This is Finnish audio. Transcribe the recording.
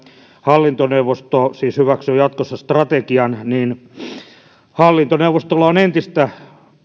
hallintoneuvosto hyväksyy jatkossa ylen strategian on hallintoneuvostolla entistä